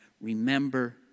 remember